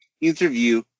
interview